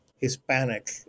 Hispanic